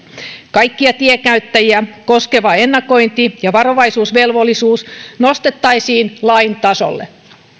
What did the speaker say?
kaikkia tienkäyttäjiä koskeva ennakointi ja varovaisuusvelvollisuus nostettaisiin lain tasolle